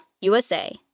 USA